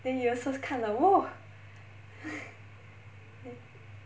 then you also 看了 !whoa!